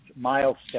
milestone